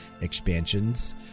expansions